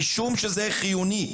משום שזה חיוני.